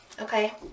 okay